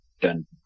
done